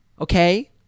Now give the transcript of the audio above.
Okay